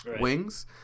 wings